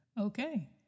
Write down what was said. Okay